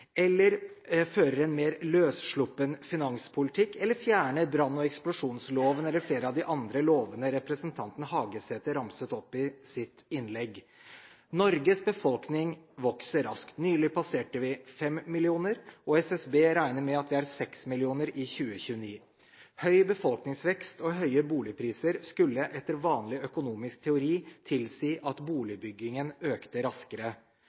eller fjerner brann- og eksplosjonsvernloven eller flere av de andre lovene representanten Hagesæter ramset opp i sitt innlegg. Norges befolkning vokser raskt. Nylig passerte vi fem millioner, og SSB regner med at vi er seks millioner i 2029. Høy befolkningsvekst og høye boligpriser skulle etter vanlig økonomisk teori tilsi at boligbyggingen økte raskere.